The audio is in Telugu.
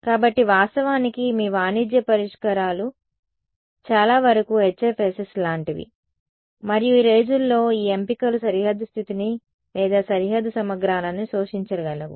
కాబట్టి వాస్తవానికి మీ వాణిజ్య పరిష్కారాలు చాలా వరకు HFSS లాంటివి మరియు ఈ రోజుల్లో ఈ ఎంపికలు సరిహద్దు స్థితిని లేదా సరిహద్దు సమగ్రాలను శోషించగలవు